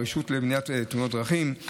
הרשות למניעת תאונות דרכים,